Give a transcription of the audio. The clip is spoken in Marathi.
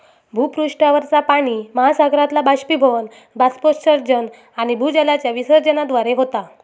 भूपृष्ठावरचा पाणि महासागरातला बाष्पीभवन, बाष्पोत्सर्जन आणि भूजलाच्या विसर्जनाद्वारे होता